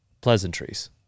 pleasantries